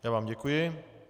Já vám děkuji.